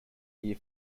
year